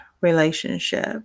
relationship